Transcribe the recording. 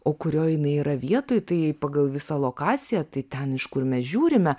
o kurioj jinai yra vietoj tai pagal visą lokaciją tai ten iš kur mes žiūrime